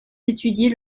d’étudier